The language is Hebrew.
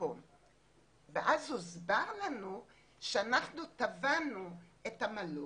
גם סיפור בפני עצמו.